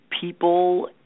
people